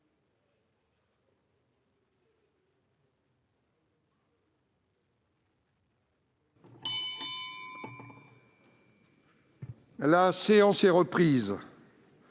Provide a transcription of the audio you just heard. La séance est reprise.